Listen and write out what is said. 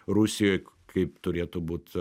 rusijoj kaip turėtų būt